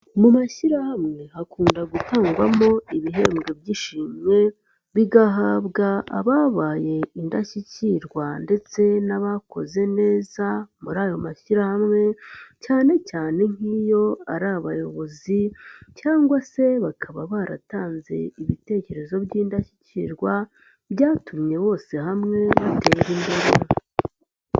Mu mashyirahamwe hakunda gutangwamo ibihembo by'ishimwe, bigahabwa ababaye indashyikirwa ndetse n'abakoze neza muri ayo mashyirahamwe cyane cyane nk'iyo ari abayobozi cyangwa se bakaba baratanze ibitekerezo by'indashyikirwa, byatumye bose hamwe batera imbere.